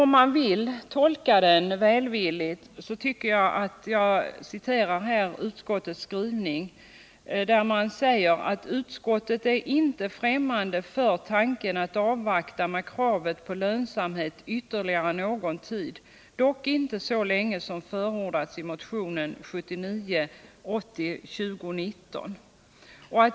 Jag vill då citera vad utskottet skriver: ”Utskottet är inte främmande för tanken att avvakta med kravet på lönsamhet ytterligare någon tid, dock inte så länge som förordats i motionen 1979/80:2019 .